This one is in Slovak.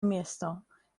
miesto